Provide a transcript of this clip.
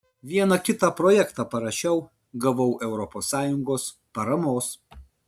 vieną kitą projektą parašiau gavau europos sąjungos paramos